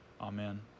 Amen